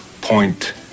point